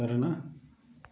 సరేనా